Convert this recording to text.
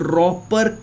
Proper